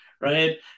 Right